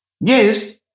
Yes